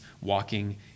walking